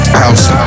house